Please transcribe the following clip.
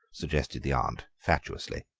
suggested the aunt fatuously.